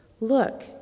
Look